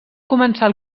començar